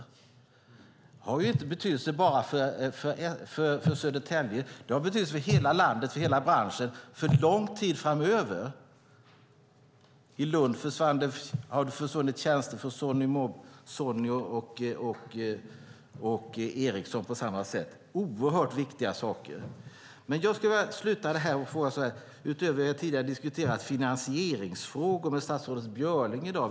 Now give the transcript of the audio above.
Det har inte bara betydelse för Södertälje, utan det har betydelse för hela landet och för hela branschen under lång tid framöver. I Lund har det försvunnit tjänster från Sony och Ericsson på samma sätt. Det är oerhört viktigt. Vi har tidigare i dag diskuterat finansieringsfrågor med statsrådet Björling.